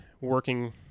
working